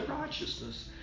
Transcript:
righteousness